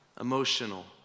emotional